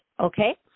okay